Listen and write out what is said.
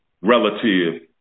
relative